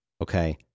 Okay